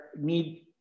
need